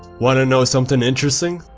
want to know something interesting?